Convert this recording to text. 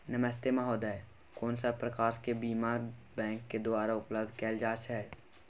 नमस्ते महोदय, कोन सब प्रकार के बीमा बैंक के द्वारा उपलब्ध कैल जाए छै?